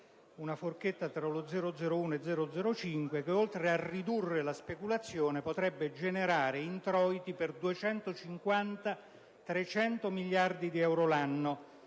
una forchetta tra lo 0,01 e lo 0,05, che oltre a ridurre la speculazione, potrebbe generare introiti per 250-300 miliardi di euro l'anno